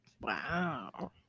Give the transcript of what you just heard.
Wow